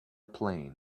plane